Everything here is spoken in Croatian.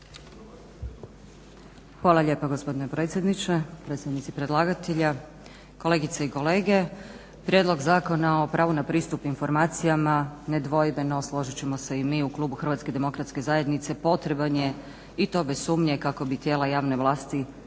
Hvala lijepa gospodine predsjedniče. Predsjedniče predlagatelja, kolegice i kolege. Prijedlog Zakona o pravu na pristup informacijama nedvojbeno složit ćemo se i mi u klubu HDZ, potreban je i to bez sumnje kako bi tijela javne vlasti